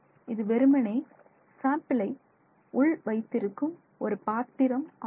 இது வெறுமனே சாம்பிளை உள் வைத்திருக்கும் ஒரு பாத்திரம் ஆகும்